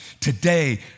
Today